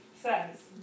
says